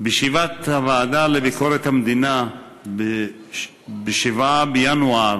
בישיבת הוועדה לביקורת המדינה ב-7 בינואר